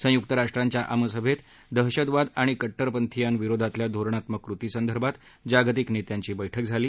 संयुक राष्ट्रांच्या आमसभेदरम्यान दहशतवाद आणि कट्टरपंथीयां विरोधातल्या धोरणात्मक कृतीसंदर्भात जागतिक नेत्यांची बैठक झाली